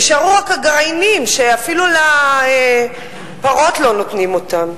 נשארו רק הגרעינים, שאפילו לפרות לא נותנים אותם.